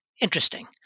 interesting